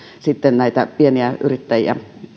sitten näitä pieniä yrittäjiä